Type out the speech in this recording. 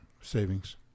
savings